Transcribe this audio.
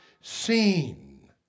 seen